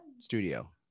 Studio